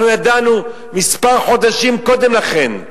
אנחנו ידענו כמה חודשים קודם לכן,